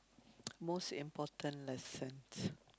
most important lessons